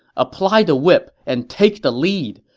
apply the whip and take the lead!